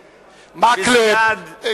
מקלב,